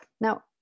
Now